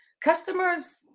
customers